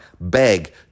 beg